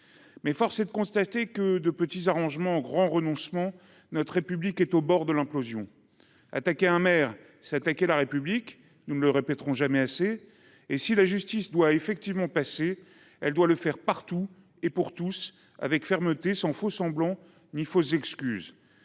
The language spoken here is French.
Mais force est de constater que de petits arrangements en grands renoncements, notre République est au bord de l’implosion. Attaquer un maire – nous ne le répéterons jamais assez –, c’est attaquer la République et, si la justice doit effectivement passer, elle doit le faire partout et pour tous, avec fermeté, sans faux semblants ni fausses excuses.